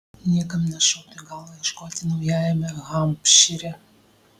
niekam nešautų į galvą ieškoti naujajame hampšyre